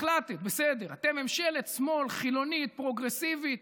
החלטת, בסדר, אתם ממשלת שמאל חילונית פרוגרסיבית,